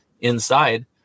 inside